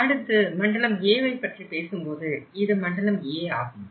அடுத்து மண்டலம் Aவை பற்றி பேசும்போது இது மண்டலம் A ஆகும்